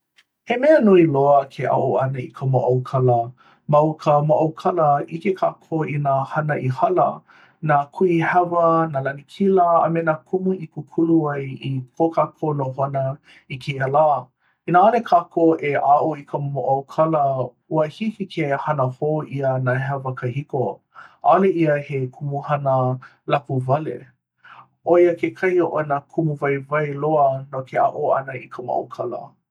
he mea nui loa ke aʻo ʻana i ka moʻaukala ma o ka moʻaukala, ʻike kākou i nā hana i hala, nā kuhihewa nā lanakila, a me nā kumu i kūkulu ai i ko kākou nohona i kēia lā inā ʻaʻole kākou e aʻo i ka moʻaukala ua hiki ke hana hou ʻia nā hewa kahiko ʻaʻale ia he kumuhana lapuwale ʻo ia kekahi o nā kumu waiwai loa no ke aʻo ʻana i ka moʻaukala